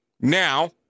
now